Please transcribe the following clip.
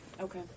Okay